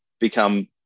become